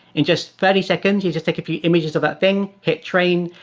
in just thirty seconds, you just take a few images of that thing, hit train,